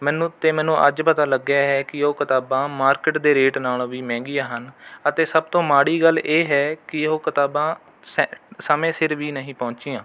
ਮੈਨੂੰ ਤਾਂ ਮੈਨੂੰ ਅੱਜ ਪਤਾ ਲੱਗਿਆ ਹੈ ਕਿ ਉਹ ਕਿਤਾਬਾਂ ਮਾਰਕਿਟ ਦੇ ਰੇਟ ਨਾਲੋਂ ਵੀ ਮਹਿੰਗੀਆਂ ਹਨ ਅਤੇ ਸਭ ਤੋਂ ਮਾੜੀ ਗੱਲ ਇਹ ਹੈ ਕਿ ਉਹ ਕਿਤਾਬਾਂ ਸ ਸਮੇਂ ਸਿਰ ਵੀ ਨਹੀਂ ਪਹੁੰਚੀਆਂ